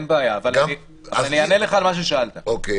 אין בעיה אבל אני אענה לך על מה ששאלת -- אוקי.